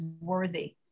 worthy